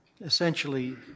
essentially